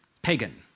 Pagan